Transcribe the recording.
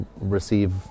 receive